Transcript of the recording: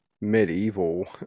medieval